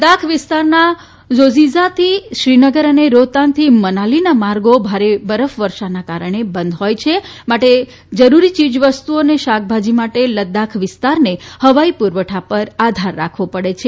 લદાખ વિસ્તારના ઝોઝીલા થી શ્રીનગર અને રોફતાંગ થી મનાલીના માર્ગો ભારે બરફવર્ષાના કારણે બંધ હોય છે માટે જરૂરી ચીજવસ્તુઓ અને શાકભાજી માટે લદાખ વિસ્તારને હવાઇ પુરવઠા પર આધાર રાખવો પડે છે